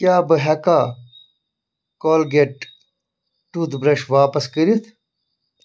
کیٛاہ بہٕ ہیکا کالگیٹ ٹُتھ برٛش واپس کٔرِتھ